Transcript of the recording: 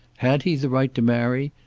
had he the right to marry,